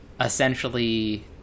essentially